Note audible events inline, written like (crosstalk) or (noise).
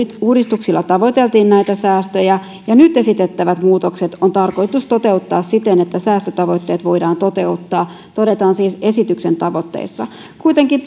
uudistuksilla tavoiteltiin säästöjä ja nyt esitettävät muutokset on tarkoitus toteuttaa siten että säästötavoitteet voidaan toteuttaa tämä todetaan siis esityksen tavoitteissa kuitenkin (unintelligible)